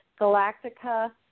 Galactica